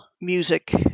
music